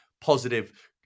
positive